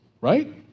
right